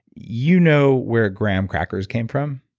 you know where graham crackers came from?